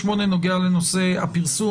נוגע לסעיף הפרסום.